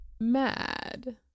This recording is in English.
mad